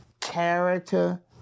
character